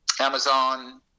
Amazon